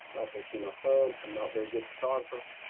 you also see my thumb. i'm not very good photographer,